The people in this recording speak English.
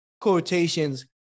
quotations